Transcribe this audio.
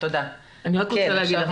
אני רוצה להגיב.